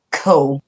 cool